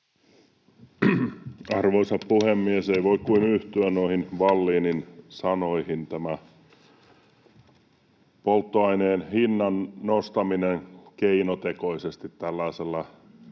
Arvoisa puhemies! Ei voi kuin yhtyä noihin Vallinin sanoihin. Tämä polttoaineen hinnan nostaminen keinotekoisesti tällaisella